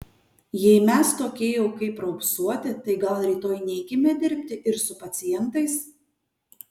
jei mes tokie jau kaip raupsuoti tai gal rytoj neikime dirbti ir su pacientais